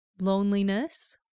loneliness